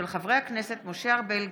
של חברי הכנסת משה ארבל,